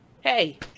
hey